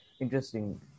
Interesting